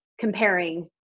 comparing